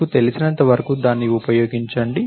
మీకు తెలిసినంత వరకు దాన్ని ఉపయోగించండి